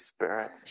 Spirit